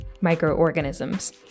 microorganisms